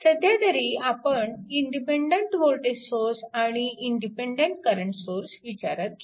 सध्यातरी आपण independent voltage source आणि इंडिपेन्डन्ट करंट सोर्स विचारात घेऊ